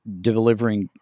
delivering